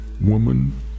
woman